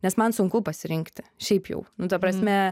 nes man sunku pasirinkti šiaip jau nu ta prasme